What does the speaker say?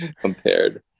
compared